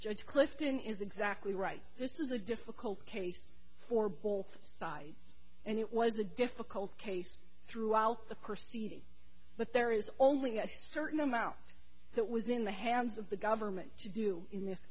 judge clifton is exactly right this is a difficult case for both sides and it was a difficult case throughout the course but there is only a certain amount that was in the hands of the government to do in this